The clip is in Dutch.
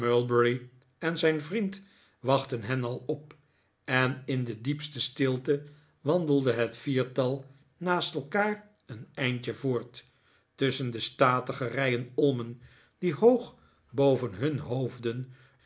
en zijn vriend wachtten hen al op en in de diepste stilte wandelde het viertal naast elkaar een eindje voort tusschen de statige rijen olmen die hoog boven hun hoofden